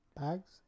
bags